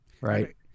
right